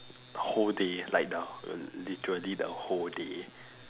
whole day like the err literally the whole day